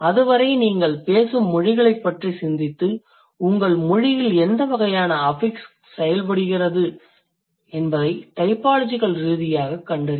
அதுவரை நீங்கள் பேசும் மொழிகளைப் பற்றி சிந்தித்து உங்கள் மொழியில் எந்த வகையான அஃபிக்ஸ் செயல்படுகிறது என்பதை டைபாலஜிகல் ரீதியாகக் கண்டறிய வேண்டும்